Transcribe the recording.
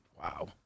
wow